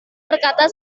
berkata